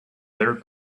there